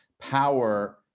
power